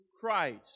Christ